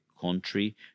country